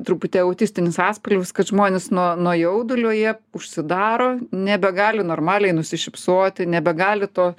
truputį autistinis atspalvis kad žmonės nuo nuo jaudulio jie užsidaro nebegali normaliai nusišypsoti nebegali to